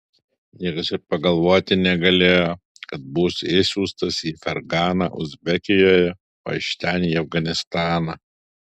niekas ir pagalvoti negalėjo kad būsiu išsiųstas į ferganą uzbekijoje o iš ten į afganistaną